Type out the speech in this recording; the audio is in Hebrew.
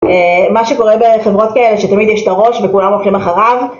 מה שקורה בחברות כאלה, שתמיד יש את הראש וכולם הולכים אחריו